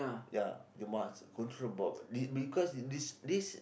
ya you must control about be because this this